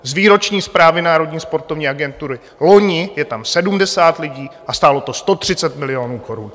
Z výroční zprávy Národní sportovní agentury loni je tam 70 lidí a stálo to 130 milionů korun.